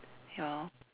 ya lor